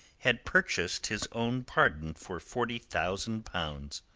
had purchased his own pardon for forty thousand pounds.